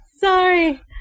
Sorry